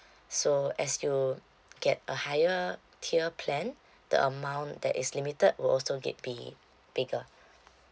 so as you get a higher tier plan the amount that is limited will also get be bigger